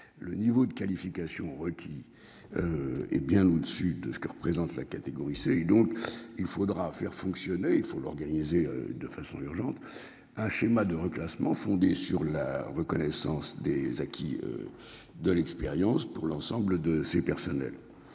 Le niveau de qualification requis. Hé bien au-dessus de ce que représente la catégorie C, donc il faudra faire fonctionner il faut l'organiser de façon urgente un schéma de reclassement fondée sur la reconnaissance des acquis. De l'expérience pour l'ensemble de ses personnels.